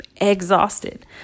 exhausted